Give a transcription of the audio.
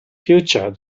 future